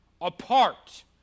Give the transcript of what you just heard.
apart